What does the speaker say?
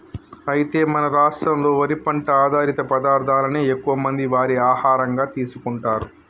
అయితే మన రాష్ట్రంలో వరి పంట ఆధారిత పదార్థాలనే ఎక్కువ మంది వారి ఆహారంగా తీసుకుంటారు